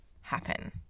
happen